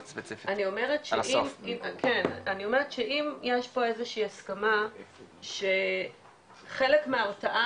אני אומרת שאם יש פה איזושהי הסכמה שחלק מההרתעה